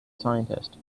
scientist